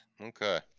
Okay